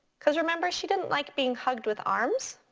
because remember she didn't like being hugged with arms.